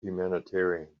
humanitarian